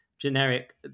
generic